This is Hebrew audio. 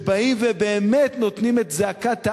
שבאים ובאמת נותנים את זעקת העם,